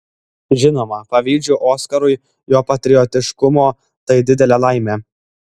žinoma pavydžiu oskarui jo patriotiškumo tai didelė laimė